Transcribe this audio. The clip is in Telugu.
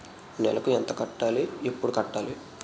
నెలకు ఎంత కట్టాలి? ఎప్పుడు కట్టాలి?